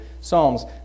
psalms